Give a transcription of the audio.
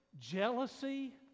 jealousy